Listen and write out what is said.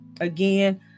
Again